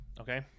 Okay